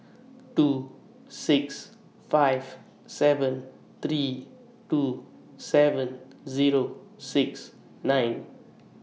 two six five seven three two seven Zero six nine